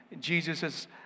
Jesus